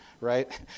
right